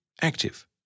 active